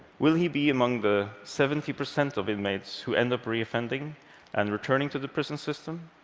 will he be among the seventy percent of inmates who end up reoffending and returning to the prison system?